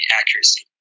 accuracy